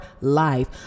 life